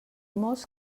molts